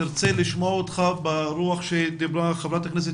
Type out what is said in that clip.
נרצה לשמוע אותך ברוח דבריה של חברת הכנסת